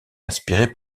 inspiré